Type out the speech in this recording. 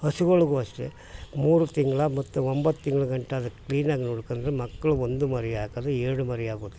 ಹಸುಗಳ್ಗು ಅಷ್ಟೇ ಮೂರು ತಿಂಗ್ಳು ಮತ್ತು ಒಂಬತ್ತು ತಿಂಗ್ಳುಗಂಟ ಅದಕ್ಕೆ ಕ್ಲೀನಾಗಿ ನೋಡ್ಕೊಂಡ್ರೆ ಮಕ್ಕಳು ಒಂದು ಮರಿ ಹಾಕದ್ರೆ ಎರಡು ಮರಿ ಆಗುತ್ತೆ